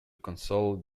console